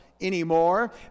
anymore